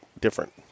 different